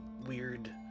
weird